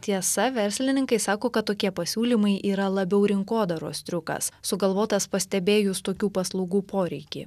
tiesa verslininkai sako kad tokie pasiūlymai yra labiau rinkodaros triukas sugalvotas pastebėjus tokių paslaugų poreikį